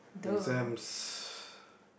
exams